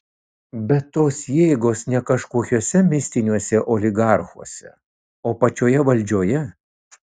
bet tos jėgos ne kažkokiuose mistiniuose oligarchuose o pačioje valdžioje